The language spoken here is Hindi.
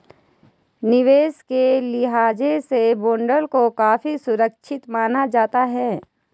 निवेश के लिहाज से बॉन्ड को काफी सुरक्षित माना जाता है